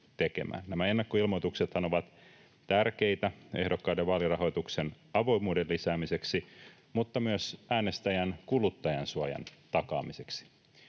Nämä ennakkoilmoituksethan ovat tärkeitä ehdokkaiden vaalirahoituksen avoimuuden lisäämiseksi mutta myös äänestäjän kuluttajansuojan takaamiseksi.